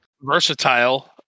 Versatile